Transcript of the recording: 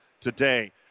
today